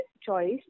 choice